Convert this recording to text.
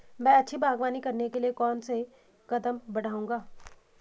मैं अच्छी बागवानी करने के लिए कौन कौन से कदम बढ़ाऊंगा?